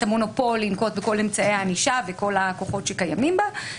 המונופול לנקוט בכל אמצעי הענישה וכל הכוחות שקיימים בה,